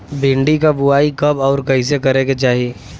भिंडी क बुआई कब अउर कइसे करे के चाही?